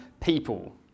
people